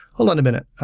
hold on a minute,